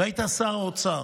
היית שר האוצר.